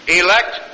elect